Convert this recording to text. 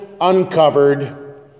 uncovered